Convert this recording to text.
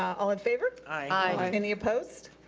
all in favor? aye. any opposed?